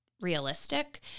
realistic